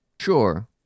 Sure